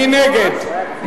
מי נגד?